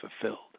fulfilled